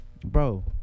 bro